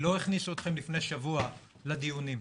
לא הכניסו אתכם לפני שבוע לדיונים,